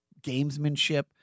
gamesmanship